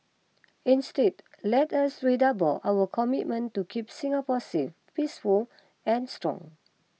instead let us redouble our commitment to keep Singapore safe peaceful and strong